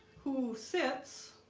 who sits